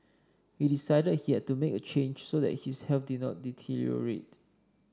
he decided he had to make a change so that his health did not deteriorate